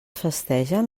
festegen